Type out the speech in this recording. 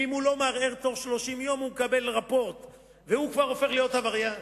ואם הוא לא מערער בתוך 30 יום הוא מקבל רפורט והופך כבר להיות עבריין.